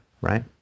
right